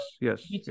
yes